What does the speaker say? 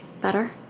better